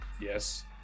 yes